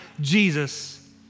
Jesus